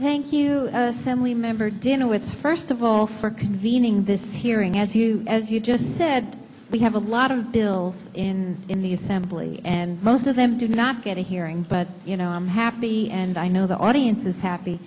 thank you assembly member dinner with first of all for convening this hearing as you as you just said we have a lot of bills in in the assembly and most of them did not get a hearing but you know i'm happy and i know the audience is happy